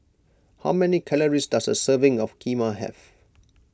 how many calories does a serving of Kheema have